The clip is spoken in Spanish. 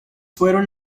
fueron